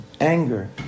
anger